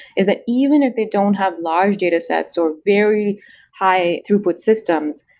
is that even if they don't have large datasets or very high throughput system,